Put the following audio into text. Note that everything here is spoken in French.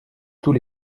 tous